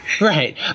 Right